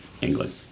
England